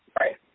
Right